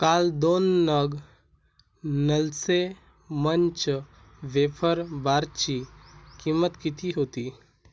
काल दोन नग नलसे मंच वेफर बारची किंमत किती होती